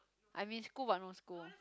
I'm in school but no school